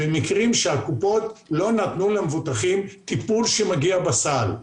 במקרים שהקופות לא נתנו למבוטחים טיפול שמגיע בסל.